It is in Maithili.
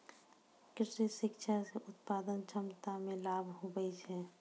कृषि शिक्षा से उत्पादन क्षमता मे लाभ हुवै छै